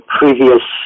previous